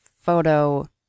photo